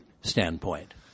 standpoint